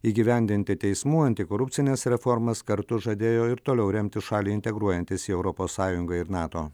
įgyvendinti teismų antikorupcines reformas kartu žadėjo ir toliau remti šalį integruojantis į europos sąjungą ir nato